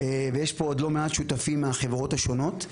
ויש פה עוד לא מעט שותפים מהחברות השונות.